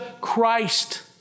Christ